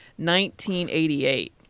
1988